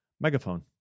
Megaphone